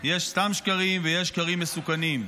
יש סתם שקרים ויש שקרים מסוכנים.